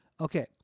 Okay